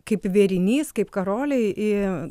kaip vėrinys kaip karoliai